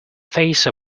face